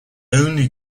only